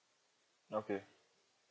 okay